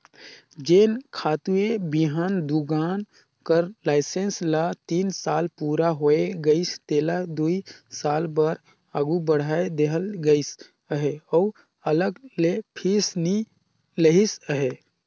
जेन खातूए बीहन दोकान कर लाइसेंस ल तीन साल पूरा होए गइस तेला दुई साल बर आघु बढ़ाए देहल गइस अहे अउ अलग ले फीस नी लेहिस अहे